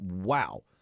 Wow